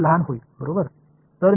மிகச்சிறியதாக மாறும்